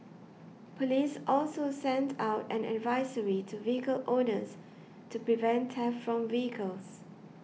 police also sent out an advisory to vehicle owners to prevent theft from vehicles